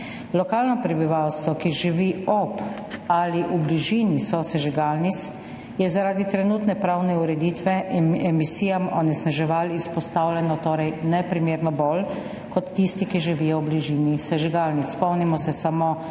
Lokalno prebivalstvo, ki živi ob ali v bližini sosežigalnic, je zaradi trenutne pravne ureditve emisijam, onesnaževanju izpostavljeno torej neprimerno bolj kot tisti, ki živijo v bližini sežigalnic. Spomnimo se samo